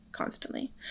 constantly